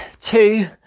two